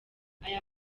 aya